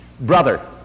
Brother